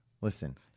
Listen